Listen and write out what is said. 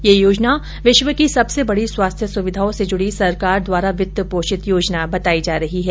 ये योजना विश्व की सबसे बड़ी स्वास्थ्य सुविधाओं से जुड़ी सरकार द्वारा वित्त पोषित योजना बताई जा रही है